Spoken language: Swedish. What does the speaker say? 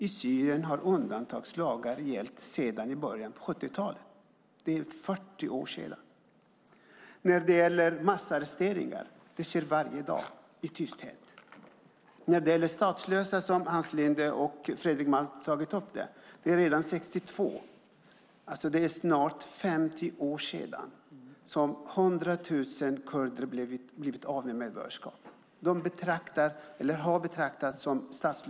I Syrien har undantagslagar gällt sedan början av 70-talet, alltså i 40 år. Massarresteringar sker i tysthet varje dag. Hans Linde och Fredrik Malm nämnde de statslösa. Redan 1962, för snart 50 år sedan, blev 100 000 kurder av med sitt medborgarskap.